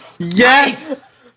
Yes